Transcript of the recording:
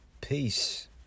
peace